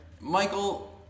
Michael